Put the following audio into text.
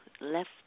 left